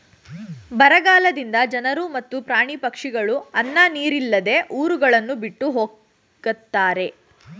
ಬರಗಾಲದಿಂದ ಜನರು ಮತ್ತು ಪ್ರಾಣಿ ಪಕ್ಷಿಗಳು ಅನ್ನ ನೀರಿಲ್ಲದೆ ಊರುಗಳನ್ನು ಬಿಟ್ಟು ಹೊಗತ್ತರೆ